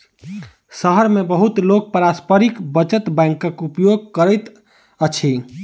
शहर मे बहुत लोक पारस्परिक बचत बैंकक उपयोग करैत अछि